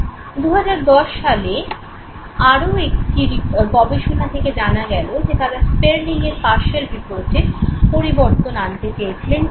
2010 সালে করা আরও একটি গবেষণা থেকে জানা গেলো যে তাঁরা স্পেরলিং -এর পারশিয়াল রিপোর্টে পরিবর্তন আনতে চেয়েছিলেন কিছুটা